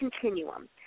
continuum